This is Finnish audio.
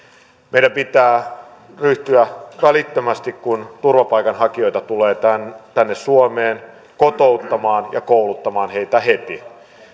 meidän pitää ryhtyä kun turvapaikanhakijoita tulee tänne suomeen kotouttamaan ja kouluttamaan heitä heti